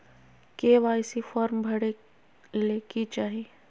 KYC form भरे ले कि चाही?